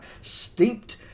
steeped